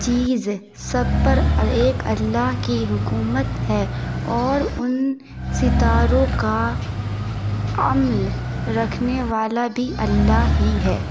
چیز سب پر اور ایک اللّہ کی حکومت ہے اور ان ستاروں کا امن رکھنے والا بھی اللّہ ہی ہے